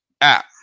app